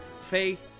faith